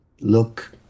look